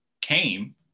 came